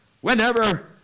whenever